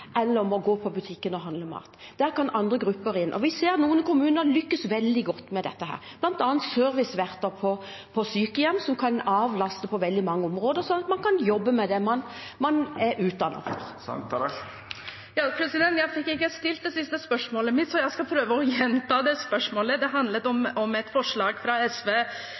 eller går på butikken og handler mat. Der kan andre grupper komme inn. Vi ser at noen kommuner lykkes veldig godt med dette, bl.a. serviceverter på sykehjem, som kan avlaste på veldig mange områder, så man kan jobbe med det man er utdannet til. Sheida Sangtarash – til oppfølgingsspørsmål. Jeg fikk ikke stilt det siste spørsmålet mitt, så jeg skal prøve å gjenta det. Det handlet om et forslag fra SV